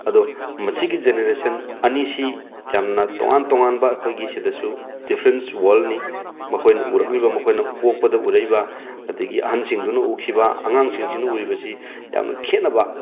ꯑꯗꯣ ꯃꯁꯤꯒꯤ ꯖꯦꯅꯦꯔꯦꯁꯟ ꯑꯅꯤꯁꯤ ꯌꯥꯝꯅ ꯇꯣꯉꯥꯟ ꯇꯣꯉꯥꯟꯕ ꯑꯩꯈꯣꯏꯒꯤ ꯁꯤꯗꯁꯨ ꯗꯤꯐ꯭ꯔꯦꯟꯁ ꯋꯥꯔꯜꯅꯤ ꯃꯈꯣꯏꯅ ꯎꯔꯛꯂꯤꯕ ꯃꯈꯣꯏꯅ ꯄꯣꯛꯄꯗ ꯎꯔꯛꯏꯕ ꯑꯗꯒꯤ ꯑꯍꯜꯁꯤꯡꯗꯨꯅ ꯎꯈꯤꯕ ꯑꯉꯥꯉꯁꯤꯡꯁꯤꯅ ꯎꯔꯤꯕꯁꯤ ꯌꯥꯝꯅ ꯈꯦꯠꯅꯕ